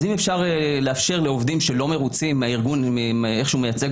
אז אם אפשר לאפשר לעובדים שלא מרוצים מההתארגנות ומאיך שהוא מייצג